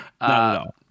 no